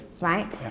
right